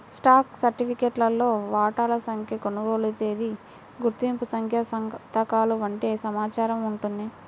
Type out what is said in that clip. stock సర్టిఫికేట్లో వాటాల సంఖ్య, కొనుగోలు తేదీ, గుర్తింపు సంఖ్య సంతకాలు వంటి సమాచారం ఉంటుంది